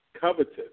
covetous